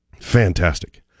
Fantastic